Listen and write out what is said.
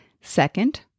Second